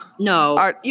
No